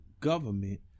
government